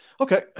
Okay